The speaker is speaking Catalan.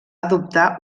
adoptar